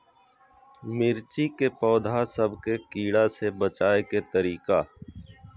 मिर्ची के पौधा सब के कीड़ा से बचाय के तरीका?